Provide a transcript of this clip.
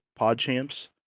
Podchamps